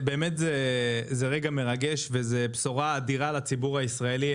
וזאת בשורה אדירה לציבור הישראלי,